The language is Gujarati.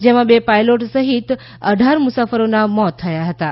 જેમાં બે પાયલોટ સહિત અઢાર મુસાફરોનાં મોત થયા હતાં